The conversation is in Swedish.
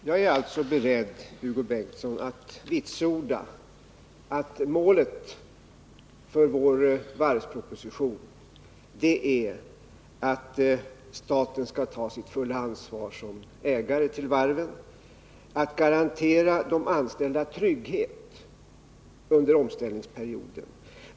Herr talman! Jag är beredd, Hugo Bengtsson, att vitsorda att målet för vår varvsproposition är att staten såsom ägare till varven skall ta sitt fulla ansvar för att garantera de anställda trygghet under omställningsperioden.